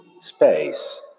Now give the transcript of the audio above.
space